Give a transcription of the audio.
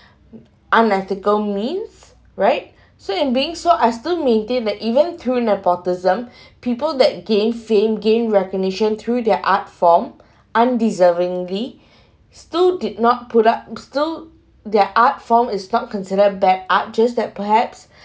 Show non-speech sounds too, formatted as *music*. unethical means right so in being so I still maintain that even through nepotism *breath* people that gained fame gained recognition through their art form undeservingly still did not put up still their art form is not considered bad art just that perhaps